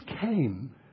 came